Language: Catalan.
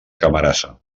camarasa